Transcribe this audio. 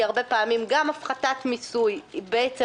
כי הרבה פעמים גם הפחתת מיסוי בעצם